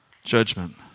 Judgment